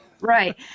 Right